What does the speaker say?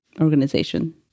organization